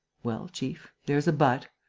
well, chief, there's a but,